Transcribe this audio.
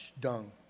dung